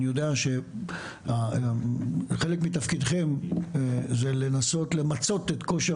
אני יודע שחלק מתפקידכם זה לנסות למצות את כושר